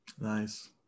nice